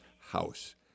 house